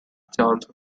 chance